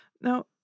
Now